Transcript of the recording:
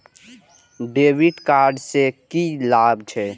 डेविट कार्ड से की लाभ छै?